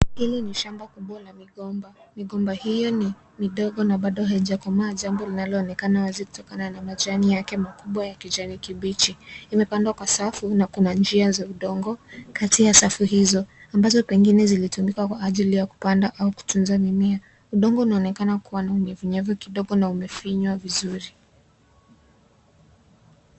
Hili ni shamba kubwa la migomba. Migomba hiyo ni dogo na hazijakomaa jambo linaloonekana wazi kutokana na majani yake makubwa ya kijani kibichi. Imepandwa kwa safu na kuna njia za udongo kati ya safu hizo ambazo pengine zilitumika kwa ajili ya kupanda au kutunza mimea. Udongo unaonekana kuwa na unyevunyevu kidogo na umefinywa vizuri.